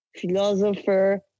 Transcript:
philosopher